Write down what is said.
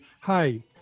hi